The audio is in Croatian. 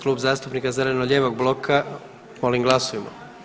Klub zastupnika zeleno-lijevog bloka, molim glasujmo.